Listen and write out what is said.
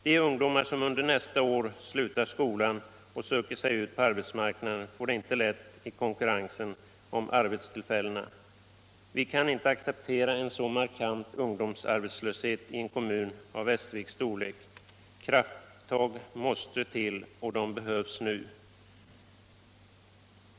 De ungdomar som under nästa år slutar skolan och söker sig ut på arbetsmarknaden får det inte lätt i konkurrensen om arbetstillfällena. Vi kan inte acceptera en så markant ungdomsarbetslöshet i en kommun av Västerviks storlek. Krafttag måste till och de behövs nu.